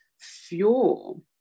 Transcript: fuel